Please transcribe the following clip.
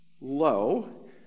low